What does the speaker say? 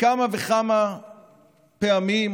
וכמה וכמה פעמים,